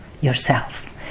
yourselves